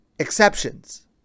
exceptions